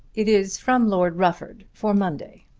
it is from lord rufford for monday.